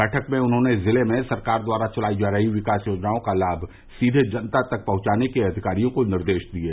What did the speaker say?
बैठक में उन्होंने जिले में सरकार द्वारा चलाई जा रही विकास योजनाओं का लाभ सीधे जनता तक पहुंचाने के अधिकारियों को निर्देश दिये